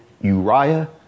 Uriah